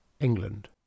England